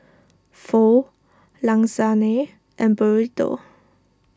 Pho Lasagne and Burrito